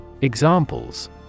Examples